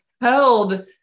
held